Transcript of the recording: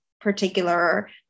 particular